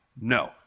no